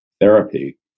therapy